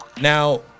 now